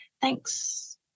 thanks